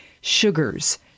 Sugars